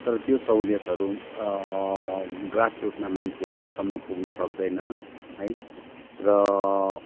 तर त्यो सहुलियतहरू ग्रासरुटमा मान्छेहरूसम्म पुग्न सक्दैन है र